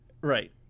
Right